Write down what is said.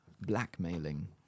blackmailing